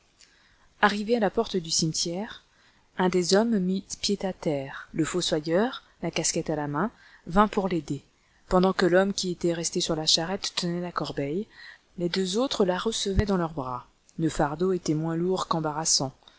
arrivé à la porte du cimetière un des hommes mit pied à terre le fossoyeur la casquette à la main vint pour l'aider pendant que l'homme qui était resté sur la charrette tenait la corbeille les deux autres la recevaient dans leurs bras le fardeau était moins lourd qu'embarrassant